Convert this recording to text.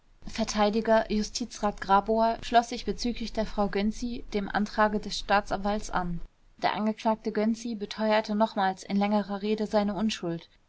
vert justizrat grabower schloß sich bezüglich der frau gönczi dem antrage des staatsanwalts an der angeklagte gönczi beteuerte nochmals in längerer rede seine unschuld